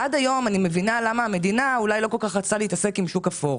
אני מבינה למה עד היום המדינה לא כל כך רצתה להתעסק עם השוק האפור.